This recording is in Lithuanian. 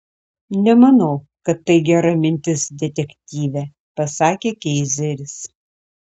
nemanau kad tai gera mintis detektyve pasakė keizeris